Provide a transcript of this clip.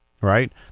right